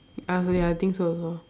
uh ya I think so also